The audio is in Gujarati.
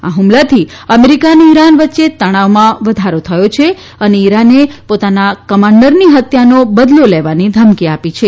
આ હ્મલાથી અમેરીકા અને ઇરાન વચ્ચે તણાવમાં વધારો થયો છે અને ઇરાને પોતાના કમાંડરની હત્યાનો બદલો લેવાની ધમકી આપી છે